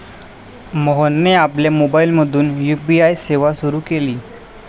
मोहनने आपल्या मोबाइलमधून यू.पी.आय सेवा सुरू केली